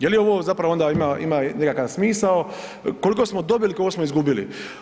Jeli onda ovo zapravo ima nekakav smisao, koliko smo dobili, koliko smo izgubili?